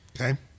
Okay